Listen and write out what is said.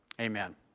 amen